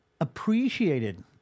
appreciated